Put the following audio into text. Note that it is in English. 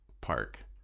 park